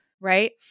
right